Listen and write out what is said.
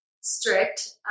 strict